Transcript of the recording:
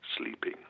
sleeping